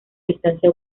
distancia